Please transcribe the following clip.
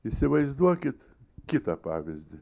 įsivaizduokit kitą pavyzdį